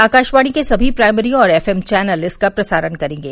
आकाशवाणी के सभी प्रायमरी और एफ एम चैनल इसका प्रसारण करेंगे